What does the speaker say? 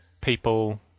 people